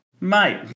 mate